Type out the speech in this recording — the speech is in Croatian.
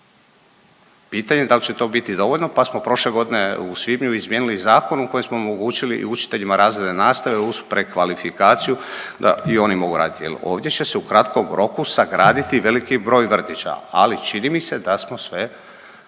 Pitanje da li će to biti dovoljno pa smo prošle godine u svibnju izmijenili zakon u kojem smo omogućili i učiteljima razredne nastave uz prekvalifikaciju da i oni mogu raditi. Ovdje će se u kratkom roku sagraditi veliki broj vrtića ali čini mi se da smo sve